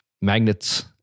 magnets